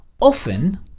often